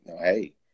hey